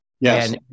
Yes